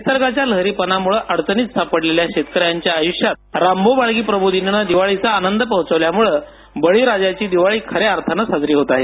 निसर्गाच्या लहरीपणामुळे अडचणीत सापडलेल्या शेतकऱ्यांच्या आयुष्यात रामभाऊ म्हाळगी प्रबोधिनीने दिवाळीचा आनंद पोहोचवल्यामुळे बळीराजाची दिवाळी खऱ्या अर्थाने साजरी होत आहे